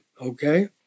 Okay